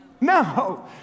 No